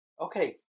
okay